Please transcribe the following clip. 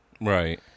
Right